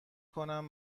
کنم